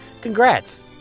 Congrats